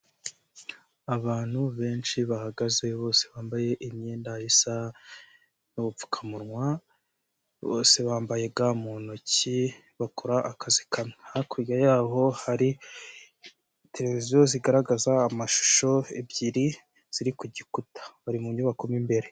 Abantu benshi bahagaze bose bambaye imyenda isa n'ubupfukamunwa, bose bambaye ga mu ntoki bakora akazi kamwe. Hakurya yaho hari televiziyo zigaragaza amashusho ebyiri ziri ku gikuta, bari mu nyubako mo imbere.